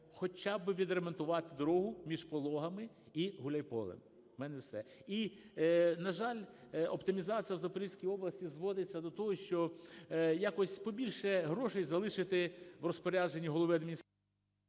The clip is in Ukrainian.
хоча б відремонтувати дорогу між Пологами і Гуляйполем. У мене все. І, на жаль, оптимізація у Запорізькій області зводиться до того, що якось побільше грошей залишити в розпорядженні голови адміністрації.